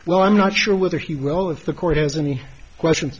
well i'm not sure whether he will if the court has any question